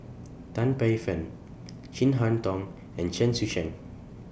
Tan Paey Fern Chin Harn Tong and Chen Sucheng